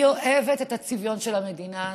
אני אוהבת את הצביון של המדינה הזאת.